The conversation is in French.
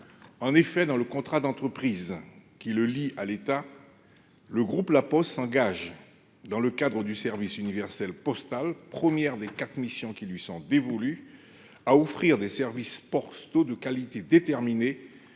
Dans le contrat d’entreprise qui le lie à l’État, le groupe La Poste s’engage, dans le cadre du service universel postal – première des quatre missions qui lui sont dévolues –, à offrir des services postaux d’une certaine